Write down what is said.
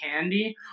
candy